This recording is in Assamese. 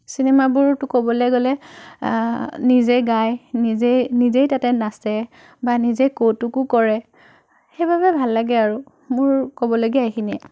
চিনেমাবোৰতো ক'বলৈ গ'লে নিজেই গাই নিজেই নিজেই তাতে নাচে বা নিজেই কৌতুকো কৰে সেইবাবে ভাল লাগে আৰু মোৰ ক'বলগীয়া এইখিনিয়েই